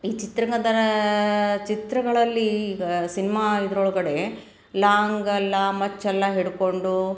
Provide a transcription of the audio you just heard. ಈ ಚಿತ್ರರಂಗದ ಚಿತ್ರಗಳಲ್ಲಿ ಈಗ ಸಿನ್ಮಾ ಇದರೊಳ್ಗಡೆ ಲಾಂಗೆಲ್ಲ ಮಚ್ಚೆಲ್ಲ ಹಿಡ್ಕೊಂಡು